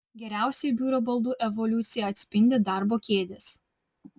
geriausiai biuro baldų evoliuciją atspindi darbo kėdės